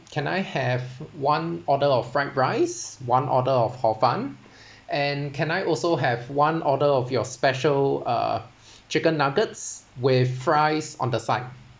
can I have one order of fried rice one order of hor fun and can I also have one order of your special uh chicken nuggets with fries on the side